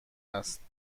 است